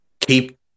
keep